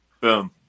Boom